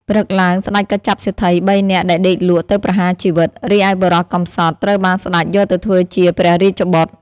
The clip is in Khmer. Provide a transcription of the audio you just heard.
ព្រឹកឡើង ស្តេចក៏ចាប់សេដ្ឋី ៣ នាក់ដែលដេកលក់ទៅប្រហារជីវិត រីឯបុរសកំសត់ត្រូវបានស្តេចយកទៅធ្វើជា ព្រះរាជបុត្រ។